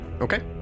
Okay